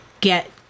get